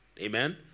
Amen